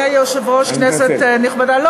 אדוני היושב-ראש, כנסת נכבדה, אני מתנצל.